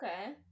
okay